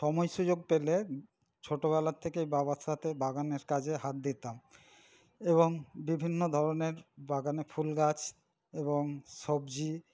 সময় সুযোগ পেলে ছোটোবেলার থেকেই বাবার সাথে বাগানের কাজে হাত দিতাম এবং বিভিন্ন ধরণের বাগানে ফুলগাছ এবং সবজি